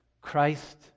Christ